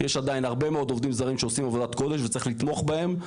יש עדיין הרבה מאוד עובדים זרים שעושים עבודת קודש וצריך לתמוך בהם.